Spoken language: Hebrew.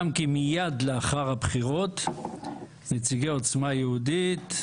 "מוסכם כי מיד לאחר הבחירות נציגי "עוצמה יהודית",